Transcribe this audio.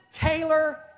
Taylor